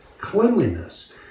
cleanliness